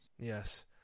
Yes